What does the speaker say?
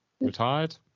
Retired